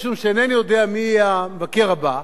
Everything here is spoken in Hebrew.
משום שאינני יודע מי יהיה המבקר הבא,